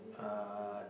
uh